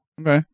Okay